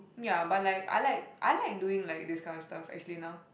ya but like I like I like doing like this kind of stuff actually now